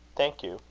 thank you,